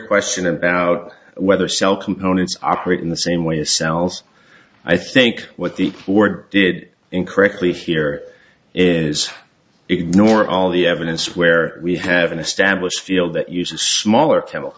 question about whether cell components operate in the same way as cells i think what the lord did incorrectly here is ignore all the evidence where we have an established field that uses small